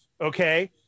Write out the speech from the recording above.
Okay